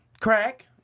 Crack